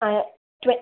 ആ ട്വ